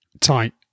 tight